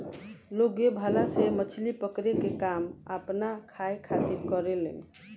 लोग ए भाला से मछली पकड़े के काम आपना खाए खातिर करेलेन